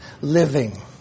living